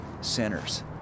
sinners